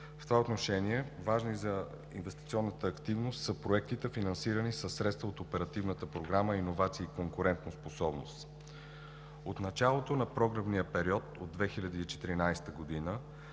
В това отношение важни за инвестиционната активност са проектите, финансирани със средства от Оперативната програма „Иновации и конкурентоспособност“. От началото на програмния период от 2014 г.